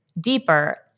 deeper